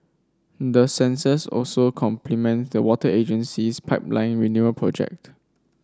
the sensors also complement the water agency's pipeline renewal project